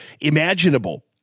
imaginable